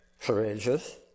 courageous